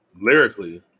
lyrically